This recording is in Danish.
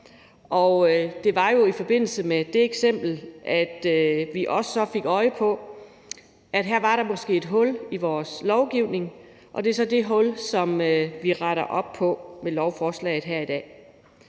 Det var jo i forbindelse med det eksempel, vi så også fik øje på, at der her måske var et hul i vores lovgivning, og det er så det, vi retter op på med lovforslaget her i dag.